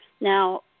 Now